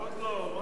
עוד לא.